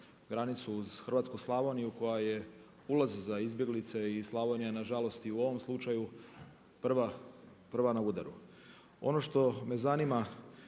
granicu uz hrvatsku Slavoniju koja je ulaz za izbjeglice i Slavonija je nažalost i u ovom slučaju prva na udaru. Ono što me zanima